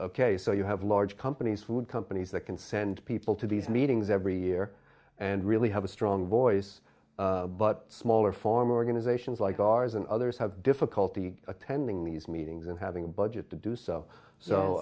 ok so you have large companies food companies that can send people to these meetings every year and really have a strong voice but smaller farm organizations like ours and others have difficulty attending these meetings and having a budget to do so so